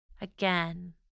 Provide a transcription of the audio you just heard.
Again